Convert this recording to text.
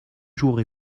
jours